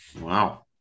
Wow